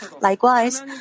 Likewise